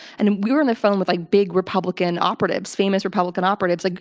and we were on the phone with, like, big republican operatives. famous republican operatives. like